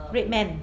RedMan